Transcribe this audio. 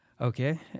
Okay